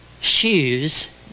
shoes